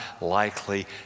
likely